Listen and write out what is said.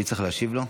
מי צריך להשיב לו?